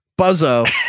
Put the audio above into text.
Buzzo